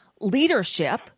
Leadership